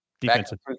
Defensive